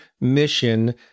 mission